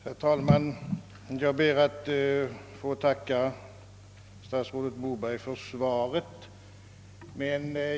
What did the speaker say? Herr talman! Jag ber att få tacka statsrådet Moberg för svaret.